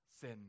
sin